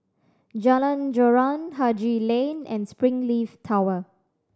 Jalan Joran Haji Lane and Springleaf Tower